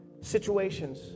situations